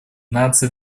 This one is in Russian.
наций